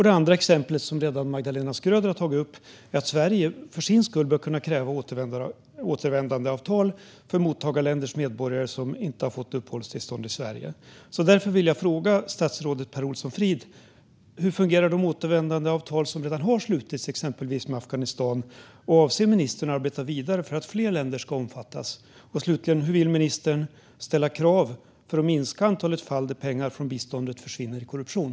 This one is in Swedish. Det andra exemplet, som redan tagits upp av Magdalena Schröder, är att Sverige för sin del bör kunna kräva återvändandeavtal för mottagarländers medborgare som inte har fått uppehållstillstånd i Sverige. Därför vill jag fråga statsrådet Per Olsson Fridh: Hur fungerar de återvändandeavtal som redan har slutits, exempelvis med Afghanistan, och avser ministern att arbeta vidare för att fler länder ska omfattas? Och hur vill ministern ställa krav för att minska antalet fall där pengar från biståndet försvinner i korruption?